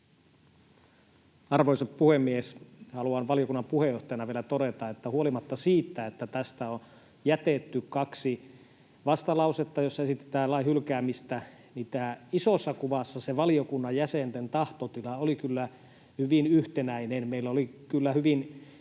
Arvoisa puhemies! Haluan valiokunnan puheenjohtajana vielä todeta, että huolimatta siitä, että tästä on jätetty kaksi vastalausetta, joissa esitetään lain hylkäämistä, isossa kuvassa valiokunnan jäsenten tahtotila oli kyllä hyvin yhtenäinen. Meillä oli kyllä hyvin pitkälle